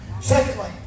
Secondly